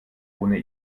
ohne